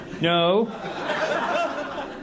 No